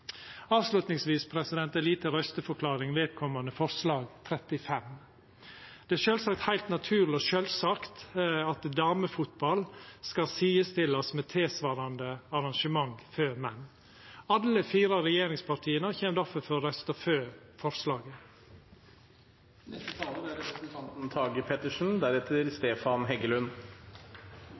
ei lita røysteforklaring vedkomande forslag nr. 35. Det er heilt naturleg og sjølvsagt at damefotball skal sidestillast med tilsvarande arrangement for menn. Alle fire regjeringspartia kjem difor til å røysta for